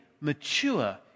mature